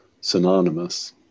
synonymous